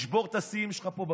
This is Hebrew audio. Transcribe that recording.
ישבור את השיאים שלך פה בכנסת.